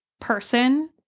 person